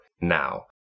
now